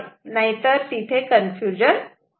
नाहीतर तिथे कन्फ्युजन होते